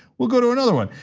we'll go to another one.